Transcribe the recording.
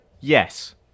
Yes